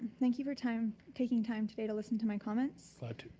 thank you for time, taking time today to listen to my comments but